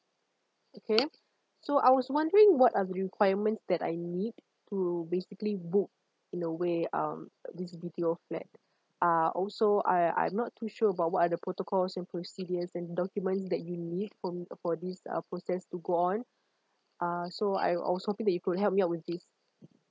okay so I was wondering what are the requirements that I need to basically book in a way um this B_T_O flat uh also I I'm not too sure about what are the protocols and procedures and documents that you need from for this uh process to go on uh so I was hoping you could help me out with this